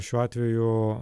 šiuo atveju